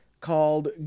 called